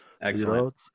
Excellent